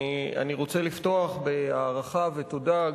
אני רוצה לפתוח בהערכה ותודה,